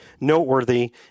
noteworthy